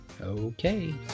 Okay